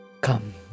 come